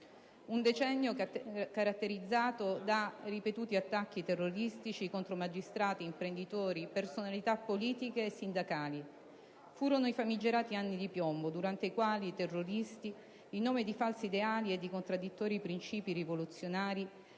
Un decennio caratterizzato da ripetuti attacchi terroristici contro magistrati, imprenditori, personalità politiche e sindacali. Furono i famigerati anni di piombo, durante i quali i terroristi, in nome di falsi ideali e di contradditori principi rivoluzionari,